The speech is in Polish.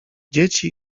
dzieci